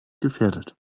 gefährdet